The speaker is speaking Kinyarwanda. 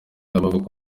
y’amavuko